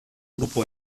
grupo